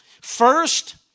First